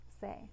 say